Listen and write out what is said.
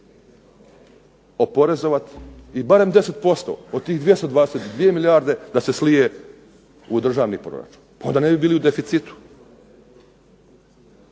oporezovati i barem 10% od tih 222 milijarde da se slije u državni proračun pa onda ne bi bili u deficitu